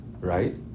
Right